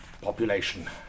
population